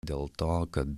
dėl to kad